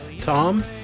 Tom